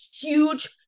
huge